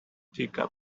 teacup